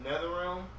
Netherrealm